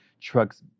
trucks